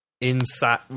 inside